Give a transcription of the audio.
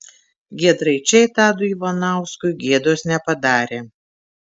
giedraičiai tadui ivanauskui gėdos nepadarė